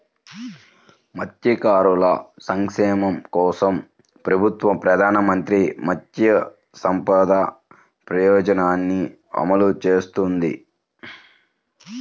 మత్స్యకారుల సంక్షేమం కోసం ప్రభుత్వం ప్రధాన మంత్రి మత్స్య సంపద యోజనని అమలు చేస్తోంది